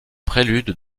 prélude